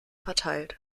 verteilt